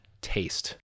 Taste